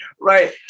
Right